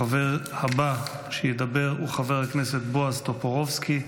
החבר הבא שידבר הוא חבר הכנסת בועז טופורובסקי.